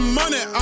money